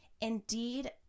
Indeed